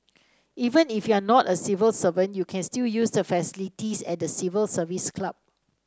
even if you are not a civil servant you can still use the facilities at the Civil Service Club